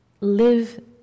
Live